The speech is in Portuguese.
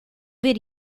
ver